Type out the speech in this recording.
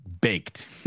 baked